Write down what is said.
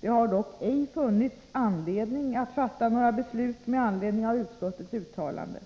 Det har dock ej funnits anledning att fatta några beslut med anledning av utskottets uttalande.